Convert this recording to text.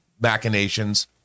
machinations